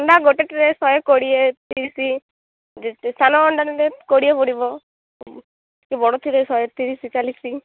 ଅଣ୍ଡା ଗୋଟେ ଟ୍ରେ ଶହେ କୋଡ଼ିଏ ତିରିଶ ଯେତେ ସାନ ଅଣ୍ଡା ନେଲେ କୋଡ଼ିଏ ପଡ଼ିବ ଟିକେ ବଡ଼ ଥିଲେ ଶହେ ତିରିଶ ଚାଳିଶ